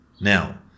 Now